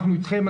אנחנו אתכם,